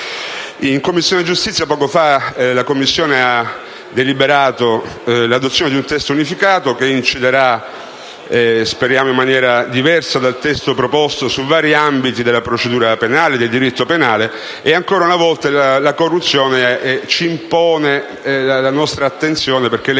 La Commissione giustizia ha deliberato l'adozione di un testo unificato che inciderà, speriamo in maniera diversa rispetto al testo proposto, su vari ambiti della procedura e del diritto penali e, ancora una volta, la corruzione si impone alla nostra attenzione, perché le